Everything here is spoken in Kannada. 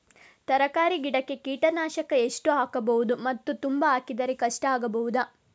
ತರಕಾರಿ ಗಿಡಕ್ಕೆ ಕೀಟನಾಶಕ ಎಷ್ಟು ಹಾಕ್ಬೋದು ಮತ್ತು ತುಂಬಾ ಹಾಕಿದ್ರೆ ಕಷ್ಟ ಆಗಬಹುದ?